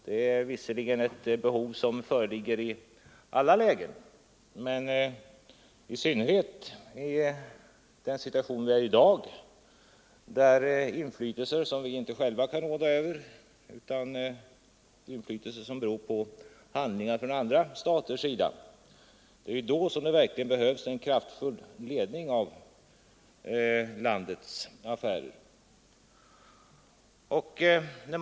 Det är visserligen ett behov som föreligger i alla lägen, men i synnerhet i den situation vi har i dag, med inflytelser som vi inte själva kan råda över utan som beror på handlingar från andra staters sida, behövs det verkligen en kraftfull ledning av landets affärer.